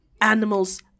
animals